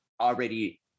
already